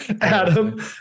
Adam